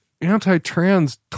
anti-trans